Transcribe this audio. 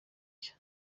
nshya